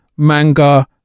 manga